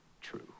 true